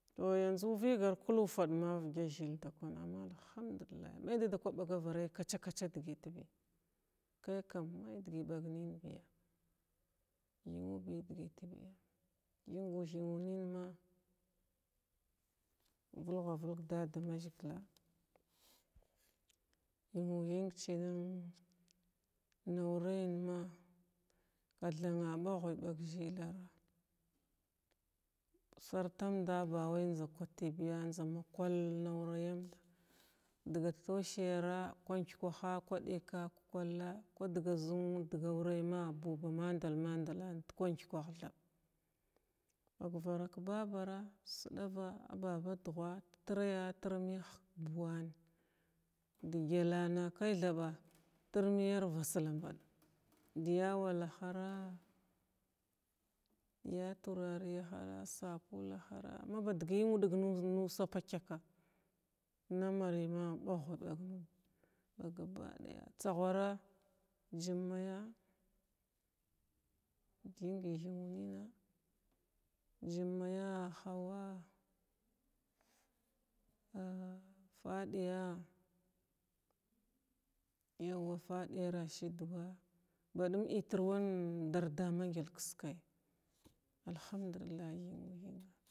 To yanzu vigar kinfada əvda zhil dakuna to alkamdullah madda ka bavariy kaca – kaca dikidbi kaikam madigit biya zigu – zig gitgil vilga oildadamʒsha higu hinga cinnin naw rayan ma kathanga baggi bag zhilara sartamda bawai zan kutr matay biya zan kutr matay biya zan kul aukimda diga tuciya kugkaha ku dudka kulla daʒun diga aurema maddal madilana bagvara ki babara siɗava a baba duga ti tirƙya buwa digalana kai thaba tirmiyar vasambada ohiya walahara diya sadulara diya wahara mabadgi tigudi nussa pakaka na mani nudi bagov bag gabiki duya tsegura jimmaya gyingi gyingu nina jummanya hauwa aa fadiya yauwa fadiya rashifuwa baɗin ətirwa dada magil kiskaya alhamdullahi.